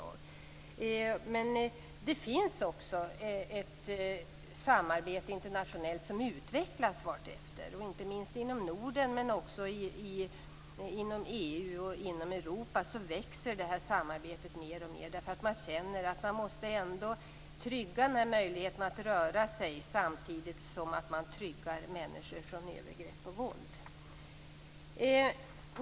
Det finns ett internationellt samarbete som har utvecklats vartefter. Inte minst i Norden, EU och Europa växer samarbetet mer och mer. Man måste trygga möjligheten att röra sig, samtidigt som att man tryggar människor från övergrepp och våld.